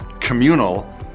communal